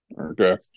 Okay